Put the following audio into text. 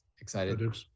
Excited